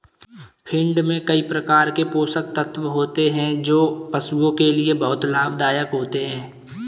feed में कई प्रकार के पोषक तत्व होते हैं जो पशुओं के लिए बहुत लाभदायक होते हैं